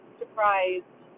surprised